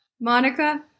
Monica